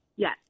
Yes